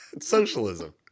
socialism